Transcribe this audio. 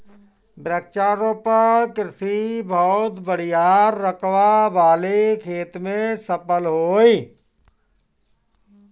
वृक्षारोपण कृषि बहुत बड़ियार रकबा वाले खेत में सफल होई